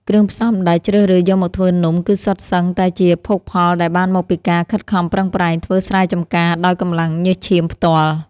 គ្រឿងផ្សំដែលជ្រើសរើសយកមកធ្វើនំគឺសុទ្ធសឹងតែជាភោគផលដែលបានមកពីការខិតខំប្រឹងប្រែងធ្វើស្រែចំការដោយកម្លាំងញើសឈាមផ្ទាល់។